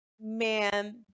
man